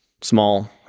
small